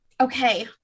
okay